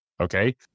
okay